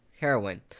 heroin